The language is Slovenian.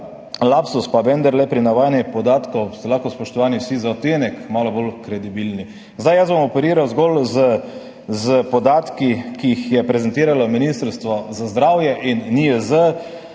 lapsus, pa vendarle, pri navajanju podatkov ste lahko, spoštovani, vsi za odtenek malo bolj kredibilni. Jaz bom operiral zgolj s podatki, ki sta jih prezentirala Ministrstvo za zdravje in NIJZ.